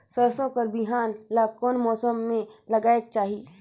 सरसो कर बिहान ला कोन मौसम मे लगायेक चाही?